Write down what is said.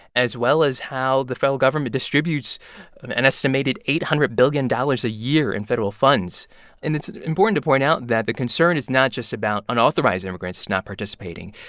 as well as how the federal government distributes an estimated eight hundred billion dollars a year in federal funds and it's important to point out that the concern is not just about unauthorized immigrants not participating.